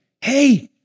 Hey